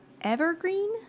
evergreen